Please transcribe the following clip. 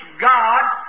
God